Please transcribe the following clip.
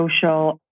social